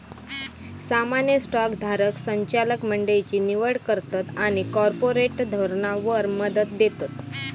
सामान्य स्टॉक धारक संचालक मंडळची निवड करतत आणि कॉर्पोरेट धोरणावर मत देतत